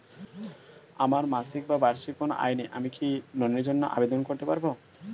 আমার মাসিক বা বার্ষিক কোন আয় নেই আমি কি লোনের জন্য আবেদন করতে পারব?